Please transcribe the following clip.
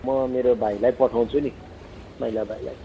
म मेरो भाइलाई पठाउँछु नि माइला भाइलाई